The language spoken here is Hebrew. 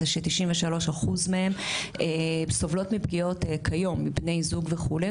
זה ש-93% מהן סובלות מפגיעות כיום מבני זוג וכו',